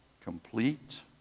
Complete